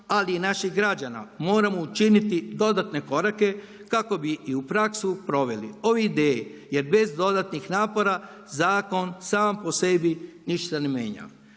ali i naših građana, moramo učiniti dodatne korake kako bi i u praksu proveli o ideji, jer bez dodatnih napora, zakon sam po sebi ništa ne mijenja.